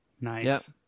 Nice